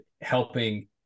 helping